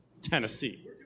Tennessee